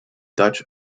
dutch